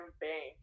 bank